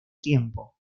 tiempo